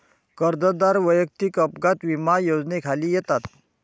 कर्जदार वैयक्तिक अपघात विमा योजनेखाली येतात